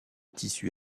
tissu